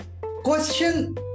question